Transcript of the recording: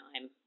time